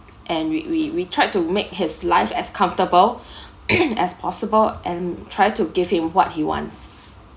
and we we we tried to make his life as comfortable as possible and try to give him what he wants